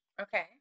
Okay